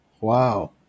Wow